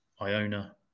Iona